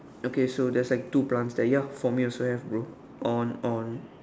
okay there's like two plants there for me also have bro on on